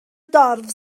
dorf